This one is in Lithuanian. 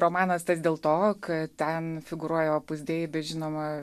romanas tas dėl to kad ten figūruoja opus dei bet žinoma